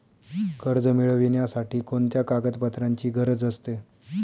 कर्ज मिळविण्यासाठी कोणत्या कागदपत्रांची गरज असते?